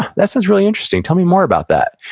that sounds really interesting, tell me more about that.